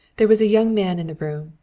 there was a young man in the room,